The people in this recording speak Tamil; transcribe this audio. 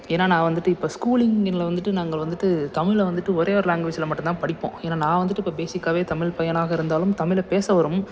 ஏன்னா நான் வந்துட்டு இப்போ ஸ்கூலிங்கில் வந்துட்டு நாங்கள் வந்துட்டு தமிழ்ல வந்துட்டு ஒரே ஒரு லாங்குவேஜ்ல மட்டுந்தான் படிப்போம் ஏன்னா நான் வந்துட்டு இப்போ பேசிக்காவே தமிழ் பையனாக இருந்தாலும் தமிழ பேச வரும்